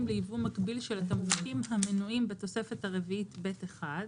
לייבוא תמרוק על בסיס מקביל של התמרוקים המנויים בתוספת הרביעית ב'1,